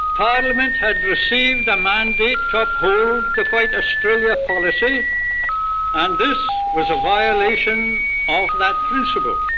parliament had received a mandate to uphold the white australia policy and this was a violation of that principle.